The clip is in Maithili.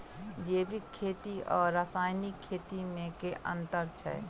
जैविक खेती आ रासायनिक खेती मे केँ अंतर छै?